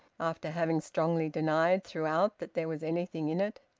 after having strongly denied throughout that there was anything in it.